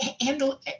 handle